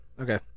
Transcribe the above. okay